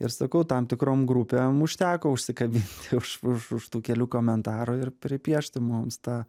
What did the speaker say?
ir sakau tam tikrom grupėm užteko užsikabin už už už tų kelių komentarų ir pripiešti mums tą